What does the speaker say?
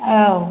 औ